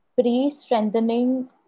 pre-strengthening